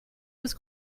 was